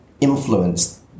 influenced